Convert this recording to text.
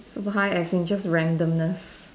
super high as in just randomness